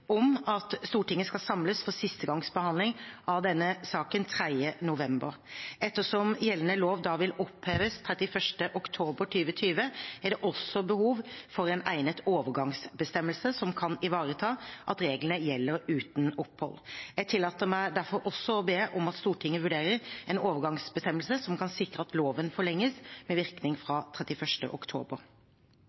om at Stortinget skal samles for siste gangs behandling av denne saken den 3. november. Ettersom gjeldende lov da vil oppheves 31. oktober 2020, er det også behov for en egnet overgangsbestemmelse som kan ivareta at reglene gjelder uten opphold. Jeg tillater meg derfor også å be om at Stortinget vurderer en overgangsbestemmelse som kan sikre at loven forlenges med virkning fra 31. oktober.